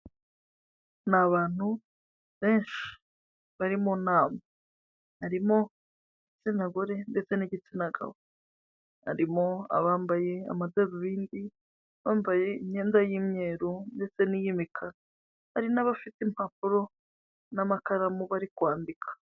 Ni abantu benshi bari mu nama, harimo igitsina gore ndetse n'igitsina gabo, Harimo: abambaye amadarubindi, abambaye imyenda y'imyeru ndetse n'iy'imikara, hari n'abafite impapuro n'amakaramu bari kwandika.